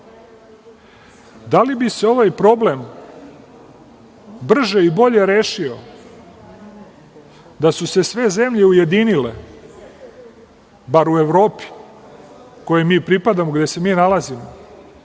li bi se ovaj problem brže i bolje rešio da su se sve zemlje ujedinile, bar u Evropi, kojoj mi pripadamo, gde se mi nalazimo,